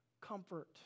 comfort